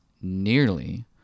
nearly